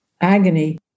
agony